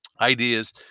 ideas